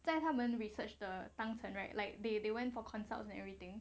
在他们 research the 当成 right like they they went for consults and everything